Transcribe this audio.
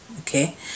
okay